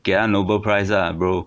给他 nobel prize lah bro